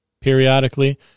periodically